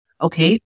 okay